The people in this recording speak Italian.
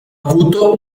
avuto